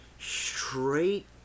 straight